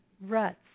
ruts